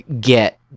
get